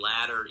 ladder